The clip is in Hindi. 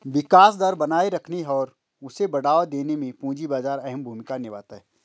विकास दर बनाये रखने और उसे बढ़ावा देने में पूंजी बाजार अहम भूमिका निभाता है